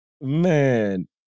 Man